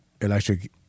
electric